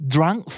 Drunk